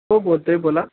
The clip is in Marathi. हो बोलतो आहे बोला